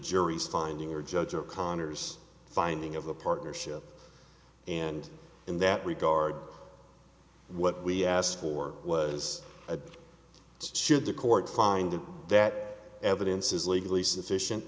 jury's finding or judge o'connor's finding of a partnership and in that regard what we asked for was a should the court find that evidence is legally sufficient